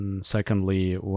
Secondly